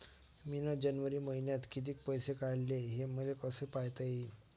मिन जनवरी मईन्यात कितीक पैसे काढले, हे मले कस पायता येईन?